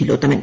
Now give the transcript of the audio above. Thilothaman